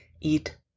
eat